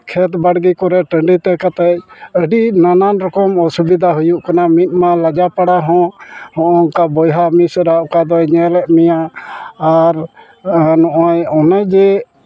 ᱠᱷᱮᱛ ᱵᱟᱲᱜᱮ ᱠᱚᱨᱮ ᱴᱟᱺᱰᱤᱛᱮ ᱠᱟᱛᱮᱫ ᱟᱹᱰᱤ ᱱᱟᱱᱟᱱ ᱨᱚᱠᱚᱢ ᱚᱥᱩᱵᱤᱫᱟ ᱦᱩᱭᱩᱜ ᱠᱟᱱᱟ ᱢᱤᱫ ᱢᱟ ᱞᱟᱡᱟᱯᱟᱲᱟ ᱦᱟᱸ ᱦᱚᱸᱜᱼᱚᱱᱠᱟ ᱵᱚᱭᱦᱟ ᱢᱤᱥᱨᱟ ᱚᱠᱟ ᱫᱚᱭ ᱧᱮᱞᱮᱫ ᱢᱮᱭᱟ ᱟᱨ ᱱᱚᱜᱼᱚᱭ ᱚᱱᱮ ᱡᱮ